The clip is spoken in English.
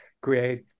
create